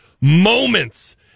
moments